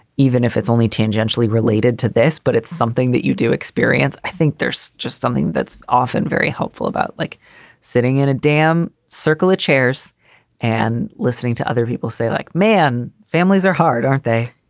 even if it's only tangentially related to this, but it's something that you do experience. i think there's just something that's often very helpful about like sitting in a damn circle of chairs and listening to other people say like man, families are hard, aren't they?